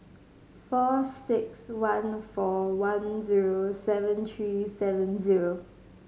four six one four one zero seven three seven zero